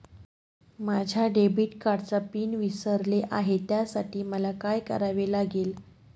माझ्या डेबिट कार्डचा पिन विसरले आहे त्यासाठी मला काय करावे लागेल?